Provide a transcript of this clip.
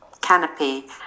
canopy